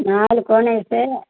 நாலு cone ice